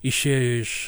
išėjo iš